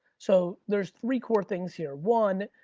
so, there's three core things here, one,